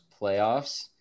playoffs